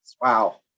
Wow